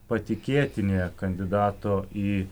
patikėtinė kandidato į